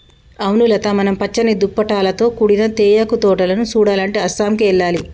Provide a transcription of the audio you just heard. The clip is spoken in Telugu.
అవును లత మనం పచ్చని దుప్పటాలతో కూడిన తేయాకు తోటలను సుడాలంటే అస్సాంకి ఎల్లాలి